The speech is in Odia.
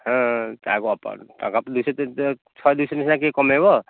ହଁ ଟଙ୍କା ଦୁଇଶହ ତିନିଶହ ଶହେ ଦୁଇଶହ ସିନା କିଏ କମେଇବ